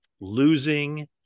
losing